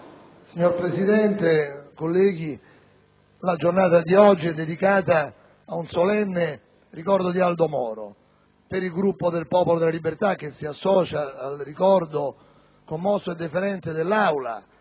Signor Presidente, colleghi, la giornata di oggi è dedicata ad un solenne ricordo di Aldo Moro. Per il Gruppo Il Popolo della Libertà, che si associa al ricordo commosso e deferente dell'Aula